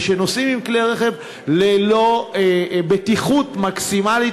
ושנוסעים עם כלי רכב ללא בטיחות מקסימלית,